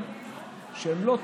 אבל אני מוותר על זה,